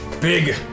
Big